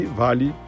vale